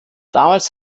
damals